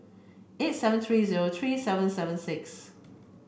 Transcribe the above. eight seven three zero three seven seven six